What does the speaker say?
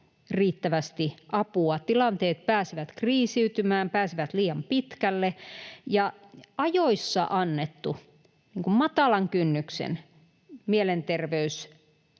riittävästi apua, tilanteet pääsevät kriisiytymään, pääsevät liian pitkälle. Ajoissa annettu matalan kynnyksen mielenterveystuki